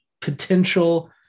potential